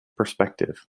perspective